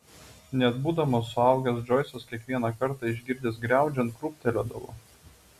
net būdamas suaugęs džoisas kiekvieną kartą išgirdęs griaudžiant krūptelėdavo